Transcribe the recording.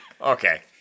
Okay